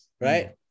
right